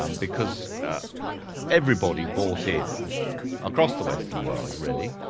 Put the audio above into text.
um because everybody bought in across the western world, really,